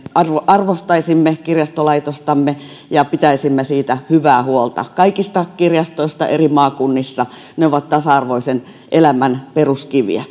arvostaisimme kirjastolaitostamme ja pitäisimme siitä hyvää huolta kaikista kirjastoista eri maakunnissa ne ovat tasa arvoisen elämän peruskiviä